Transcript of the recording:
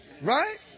right